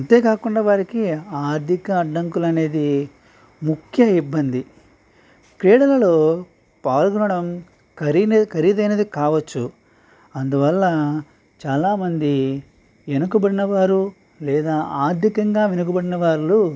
అంతేకాకుండా వారికి ఆర్థిక అడ్డంకులు అనేది ముఖ్య ఇబ్బంది క్రీడలలో పాల్గొనడం ఖరీద ఖరీదైనది కావచ్చు అందువల్ల చాలామంది ఎనుకబడినవారు లేదా ఆర్థికంగా వెనుకబడిన వారులో